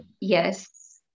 Yes